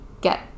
get